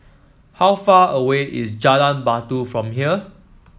how far away is Jalan Batu from here